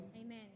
Amen